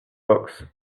books